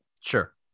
Sure